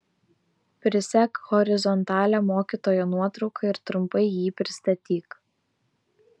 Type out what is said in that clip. prisek horizontalią mokytojo nuotrauką ir trumpai jį pristatyk